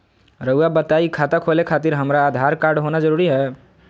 रउआ बताई खाता खोले खातिर हमरा आधार कार्ड होना जरूरी है?